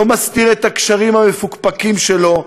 לא מסתיר את הקשרים המפוקפקים שלו,